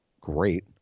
great